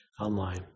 Online